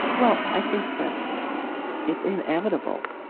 well, i think that it's inevitable,